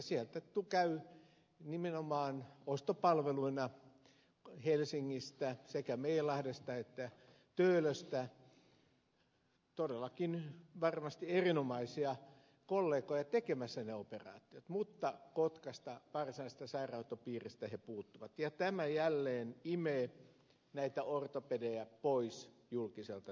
siellä käy nimenomaan ostopalveluina helsingistä sekä meilahdesta että töölöstä todellakin varmasti erinomaisia kollegoja tekemässä ne operaatiot mutta kotkasta varsinaisesta sairaanhoitopiiristä he puuttuvat ja tämä jälleen imee näitä ortopedejä pois julkiselta sektorilta